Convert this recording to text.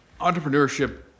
entrepreneurship